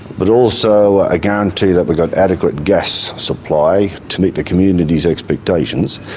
but also a guarantee that we've got adequate gas supply to meet the community's expectations,